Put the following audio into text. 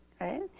right